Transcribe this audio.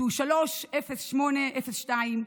שהוא 30802,